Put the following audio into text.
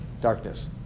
darkness